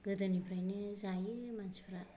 गोदोनिफ्रायनो जायो मानसिफ्रा